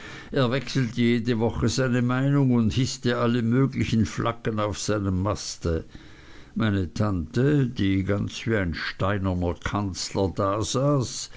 er wechselte jede woche seine meinung und hißte alle möglichen flaggen auf seinem maste meine tante die ganz wie ein steinerner kanzler dasaß